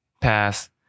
pass